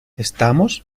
estamos